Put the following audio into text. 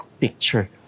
picture